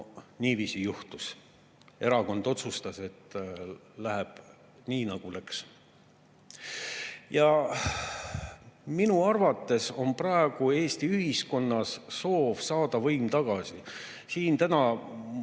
niiviisi juhtus. Erakond otsustas, et läheb nii, nagu läks. Minu arvates on praegu Eesti ühiskonnas soov saada võim tagasi. Siin täna mõned